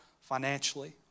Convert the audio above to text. financially